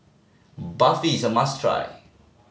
barfi is a must try